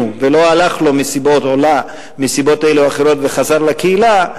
ולא הלך לו או לה מסיבות אלה או אחרות וחזר לקהילה,